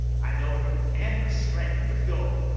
i know her and her strength. but go,